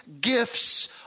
gifts